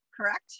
correct